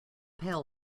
pail